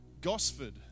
Gosford